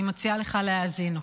אני מציעה לך להאזין.